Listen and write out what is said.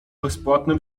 bezpłatne